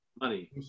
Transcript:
money